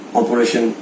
operation